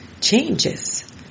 changes